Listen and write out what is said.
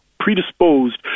Predisposed